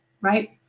right